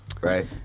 right